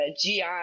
GI